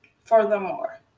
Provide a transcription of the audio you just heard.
furthermore